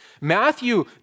Matthew